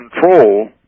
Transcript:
control